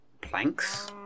planks